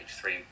three